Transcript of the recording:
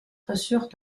reçurent